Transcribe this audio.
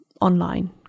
online